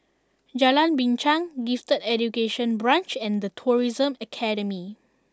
Jalan Binchang Gifted Education Branch and The Tourism Academy